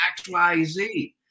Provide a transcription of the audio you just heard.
XYZ